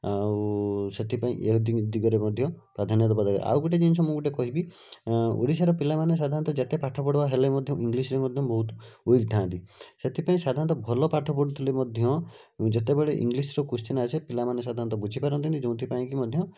ଆଉ ସେଥିପାଇଁ ଏ ଦିଗରେ ମଧ୍ୟ ପ୍ରାଧାନ୍ୟ ଦେବା ଦରକାର ଆଉ ଗୋଟେ ଜିନିଷ ମୁଁ ଗୋଟେ କହିବି ଓଡ଼ିଶାର ପିଲାମାନେ ସାଧାରଣତଃ ଯେତେ ପାଠ ପଢ଼ୁଆ ହେଲେ ମଧ୍ୟ ଇଂଲିଶ୍ରେ ମଧ୍ୟ ବହୁତ ୱିକ୍ ଥାଆନ୍ତି ସେଥିପାଇଁ ସାଧାରଣତଃ ଭଲ ପାଠ ପଢ଼ୁଥିଲେ ମଧ୍ୟ ଯେତେବେଳେ ଇଂଲିଶ୍ର କୋଶ୍ଚିନ୍ ଆସେ ପିଲାମାନେ ସାଧାରଣତଃ ବୁଝିପାରନ୍ତିନି ଯେଉଁଥିପାଇଁକି ମଧ୍ୟ